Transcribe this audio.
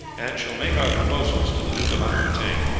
and shall make our proposals to the duke of aquitaine.